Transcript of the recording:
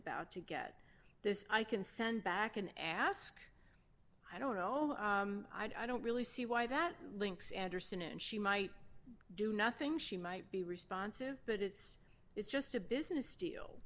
about to get this i can send back an ask i don't know i don't really see why that links anderson and she might do nothing she might be responsive but it's it's just a business deal